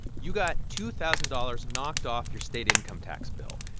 you got two thousand dollars knocked off your state income tax bill.